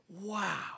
wow